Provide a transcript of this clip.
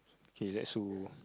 K let's who